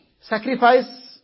Sacrifice